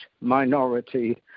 minority